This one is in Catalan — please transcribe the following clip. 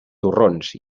torrons